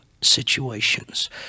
situations